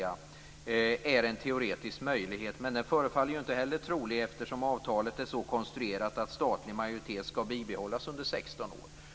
Det är en teoretisk möjlighet, men den förefaller inte heller trolig, eftersom avtalet är så konstruerat att statlig majoritet skall bibehållas under 16 år.